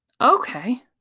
Okay